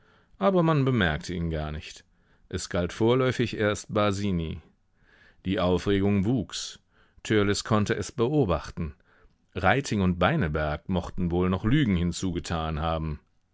aber man bemerkte ihn gar nicht es galt vorläufig erst basini die aufregung wuchs törleß konnte es beobachten reiting und beineberg mochten wohl noch lügen hinzugetan haben